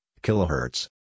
kilohertz